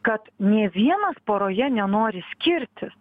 kad nė vienas poroje nenori skirtis